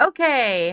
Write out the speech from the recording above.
Okay